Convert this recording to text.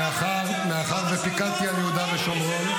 מאחר שפיקדתי על יהודה ושומרון,